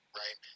right